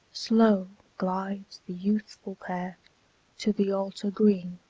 slow glides the youthful pair to the altar green,